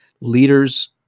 leaders